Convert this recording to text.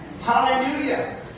Hallelujah